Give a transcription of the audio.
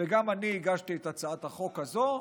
וגם אני הגשתי את הצעת החוק הזו,